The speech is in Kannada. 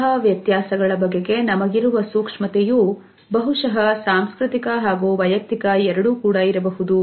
ಇಂತಹ ವ್ಯತ್ಯಾಸಗಳ ಬಗೆಗೆ ನಮಗಿರುವ ಸೂಕ್ಷ್ಮತೆಯೂ ಬಹುಶಹ ಸಾಂಸ್ಕೃತಿಕ ಹಾಗೂ ವೈಯಕ್ತಿಕ ಎರಡೂ ಕೂಡ ಇರಬಹುದು